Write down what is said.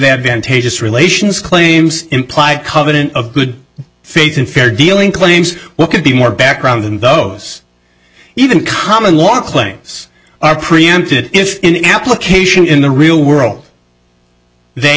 advantageous relations claims implied covenant of good faith and fair dealing claims what could be more background than those even common want claims are preempted if in application in the real world they